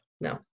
no